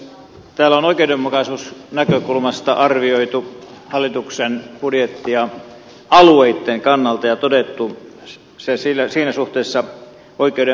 täällä on oikeudenmukaisuusnäkökulmasta arvioitu hallituksen budjettia alueitten kannalta ja todettu se siinä suhteessa epäoikeudenmukaiseksi